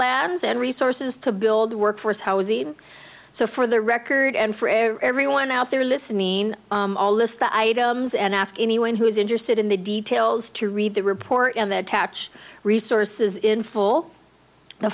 labs and resources to build the workforce how easy so for the record and for everyone out there listening all this that items and ask anyone who's interested in the details to read the report and the tach resources in full the